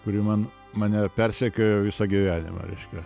kuri man mane persekiojo visą gyvenimą reiškia